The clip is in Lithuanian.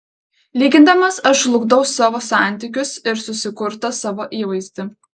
lygindamas aš žlugdau savo santykius ir susikurtą savo įvaizdį